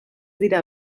dira